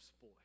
boy